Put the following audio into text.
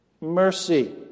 mercy